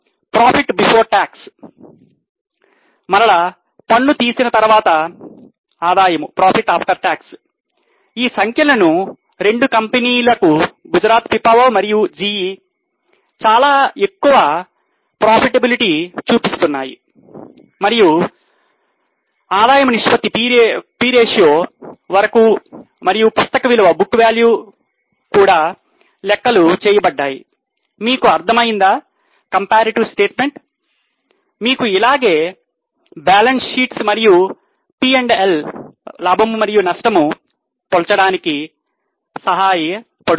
ఇప్పుడు పన్ను తీయక ముందు ఆదాయము పోల్చడానికి సహాయ పడుతున్నాయి